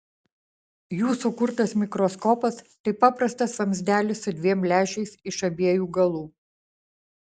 jų sukurtas mikroskopas tai paprastas vamzdelis su dviem lęšiais iš abiejų galų